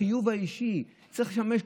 החיוב האישי צריך לשמש,